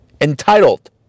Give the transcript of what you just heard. entitled